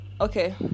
Okay